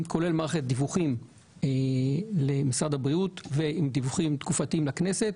כולל מערכת דיווחים למשרד הבריאות ודיווחים תקופתיים לכנסת.